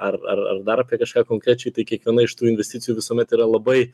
ar ar ar dar apie kažką konkrečiai tai kiekviena iš tų investicijų visuomet yra labai